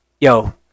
yo